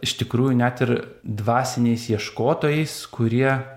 iš tikrųjų net ir dvasiniais ieškotojais kurie